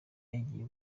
yagiye